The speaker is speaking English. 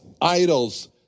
idols